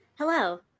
Hello